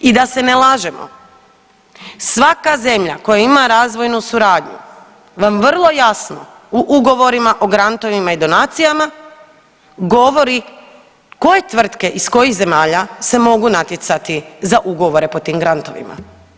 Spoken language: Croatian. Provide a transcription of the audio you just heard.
I da se ne lažemo, svaka zemlja koja ima razvojnu suradnju vam vrlo jasno u ugovorima o grantovima i donacijama govori koje tvrtke iz kojih zemalja se mogu natjecati za ugovore po tim grantovima.